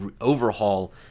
overhaul